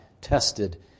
tested